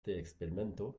experimento